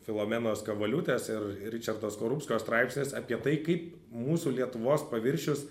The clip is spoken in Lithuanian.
filomenos kavoliūtės ir ričardo skorupsko straipsnis apie tai kaip mūsų lietuvos paviršius